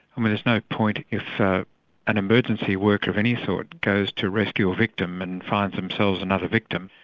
i mean there's no point if an emergency worker of any sort goes to rescue a victim and finds themselves another victim.